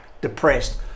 depressed